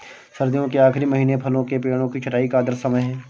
सर्दियों के आखिरी महीने फलों के पेड़ों की छंटाई का आदर्श समय है